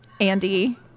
Andy